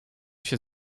się